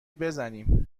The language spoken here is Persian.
بزنیم